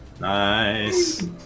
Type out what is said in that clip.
Nice